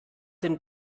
den